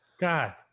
God